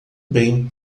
bem